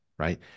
Right